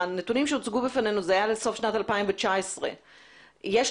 הנתונים שהוצגו בפנינו הם לסוף שנת 2019. אתה